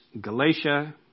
Galatia